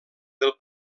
del